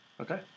Okay